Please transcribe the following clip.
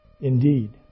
indeed